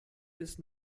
bis